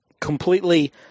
Completely